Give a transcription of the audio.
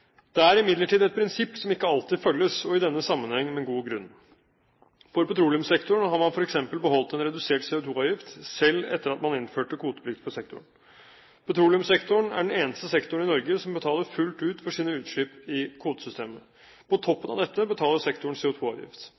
Det er imidlertid et prinsipp som ikke alltid følges, og i denne sammenheng med god grunn. For petroleumssektoren har man f.eks. beholdt en redusert CO2-avgift selv etter at man innførte kvoteplikt for sektoren. Petroleumssektoren er den eneste sektoren i Norge som betaler fullt ut for sine utslipp i kvotesystemet. På toppen av dette betaler sektoren